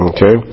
Okay